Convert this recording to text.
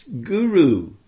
Guru